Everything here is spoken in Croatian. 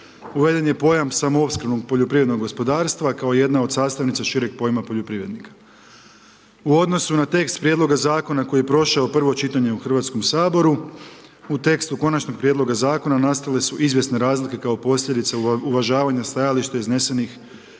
Uveden je pojam samoopskrbnog poljoprivrednog gospodarstva kao jedna od sastavnica šireg pojma poljoprivrednika. U odnosu na tekst prijedloga zakona koji je prošao prvo čitanje u Hrvatskom saboru, u tekstu konačnog prijedloga zakona nastale su izvjesne razlike kao posljedice uvažavanja stajališta iznesenih